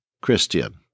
Christian